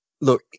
look